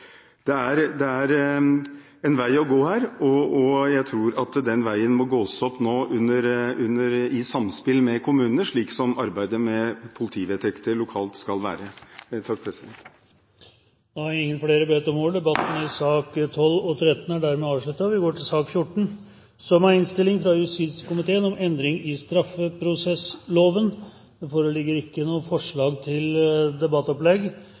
i dag. Det er en vei å gå her, og jeg tror at den veien må gås opp nå i samspill med kommunene, slik som arbeidet med politivedtekter lokalt skal være. Flere har ikke bedt om ordet til sak nr. 12 og sak nr. 13. Jeg vil gjerne kort få takke Stortinget for godt samarbeid om å avklare denne lovhjemmelen nå i løpet av en ukes tid. Det er en sak som kommer på kort varsel til